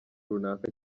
runaka